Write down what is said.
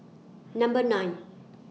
Number nine